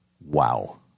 Wow